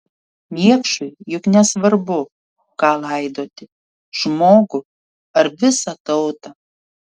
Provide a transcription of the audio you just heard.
niekšui juk nesvarbu ką laidoti žmogų ar visą tautą